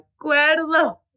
acuerdo